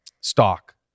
stock